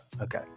okay